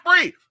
free